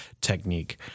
technique